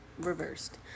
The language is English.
reversed